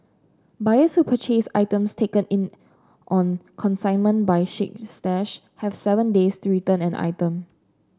buyers who purchase items taken in on consignment by Chic Stash have seven days to return an item